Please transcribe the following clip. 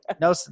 no